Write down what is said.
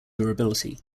durability